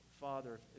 Father